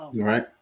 Right